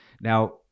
Now